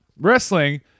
wrestling